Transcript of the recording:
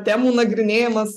temų nagrinėjimas